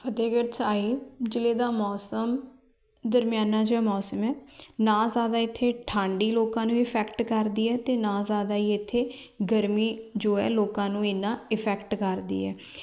ਫਤਿਹਗੜ੍ਹ ਸਾਹਿਬ ਜ਼ਿਲ੍ਹੇ ਦਾ ਮੌਸਮ ਦਰਮਿਆਨਾ ਜਿਹਾ ਮੌਸਮ ਹੈ ਨਾ ਜ਼ਿਆਦਾ ਇੱਥੇ ਠੰਢ ਹੀ ਲੋਕਾਂ ਨੂੰ ਇਫੈਕਟ ਕਰਦੀ ਹੈ ਅਤੇ ਨਾ ਜ਼ਿਆਦਾ ਹੀ ਇੱਥੇ ਗਰਮੀ ਜੋ ਹੈ ਲੋਕਾਂ ਨੂੰ ਇੰਨਾਂ ਇਫੈਕਟ ਕਰਦੀ ਹੈ